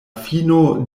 fino